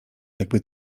jakby